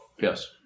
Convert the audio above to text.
Yes